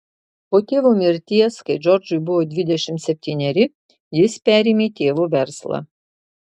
po tėvo mirties kai džordžui buvo dvidešimt septyneri jis perėmė tėvo verslą